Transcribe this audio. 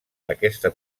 aquesta